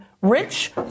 Rich